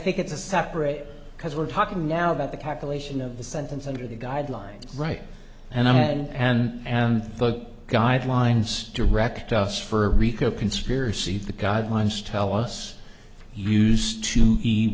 think it's a separate because we're talking now about the calculation of the sentence under the guidelines right and i and and and the guidelines direct us for rico conspiracy the guidelines tell us used to